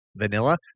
vanilla